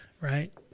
right